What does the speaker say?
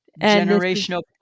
Generational